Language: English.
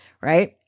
right